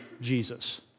Jesus